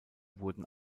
wurden